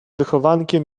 wychowankiem